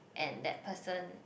and that person